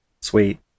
Sweet